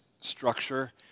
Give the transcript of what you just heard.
structure